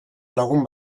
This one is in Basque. lagun